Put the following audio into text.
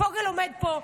פוגל עומד פה,